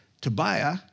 Tobiah